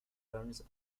learns